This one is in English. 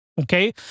Okay